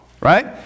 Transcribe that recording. right